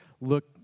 look